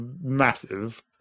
massive